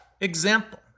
example